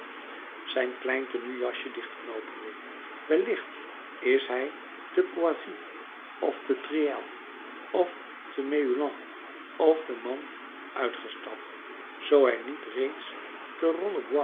zijn kleintenue jasje dichtknoopende wellicht is hij er te poissy of te triel of te meulan of te mantes uitgestapt zoo hij niet reeds te